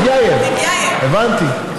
טיבייב, הבנתי,